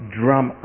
drum